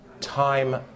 Time